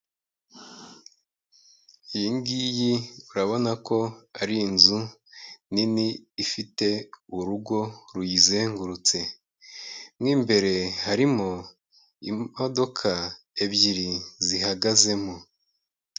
Iyi ngiyi urabona ko ari inzu nini ifite urugo ruyizengurutse mo imbere harimo imodoka ebyiri zihagazemo.